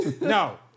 no